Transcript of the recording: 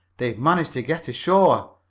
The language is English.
they've managed to get to shore!